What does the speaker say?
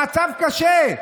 המצב קשה.